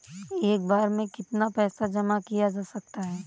एक बार में कितना पैसा जमा किया जा सकता है?